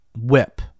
whip